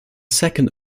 second